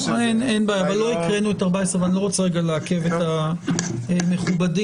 אין בעיה אבל לא הקראנו את 14 ואני לא רוצה לעכב את הדיון הבא.